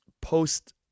post